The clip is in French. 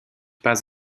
pas